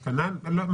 כנ"ל?